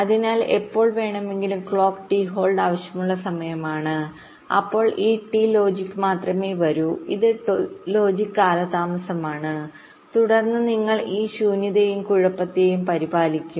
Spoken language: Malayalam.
അതിനാൽ എപ്പോൾ വേണമെങ്കിലും ക്ലോക്ക് ടി ഹോൾഡ് ആവശ്യമുള്ള സമയമാണ് അപ്പോൾ ഈ ടി ലോജിക് മാത്രമേ വരൂ ഇത് ടി ലോജിക്കാലതാമസമാണ് തുടർന്ന് നിങ്ങൾ ഈ ശൂന്യതയെയും കുഴപ്പത്തെയും പരിപാലിക്കും